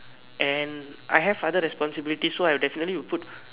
and I have other responsibilities so I will definitely will put